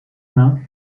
mains